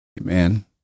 Amen